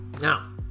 now